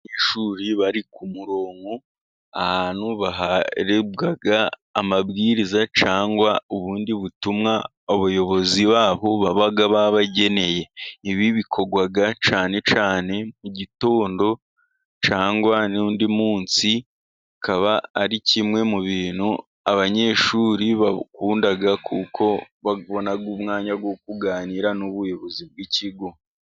Ishuri bari ku murongo, ahantu harebwa amabwiriza cyangwa ubundi butumwa abayobozi baho baba babageneye. Ibi bikorwa cyane cyane mu gitondo cyangwa n'undi munsi, bikaba ari kimwe mu bintu abanyeshuri bakunda kuko babona umwanya wo kuganira n'ubuyobozi bw'ikigo.